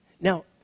Now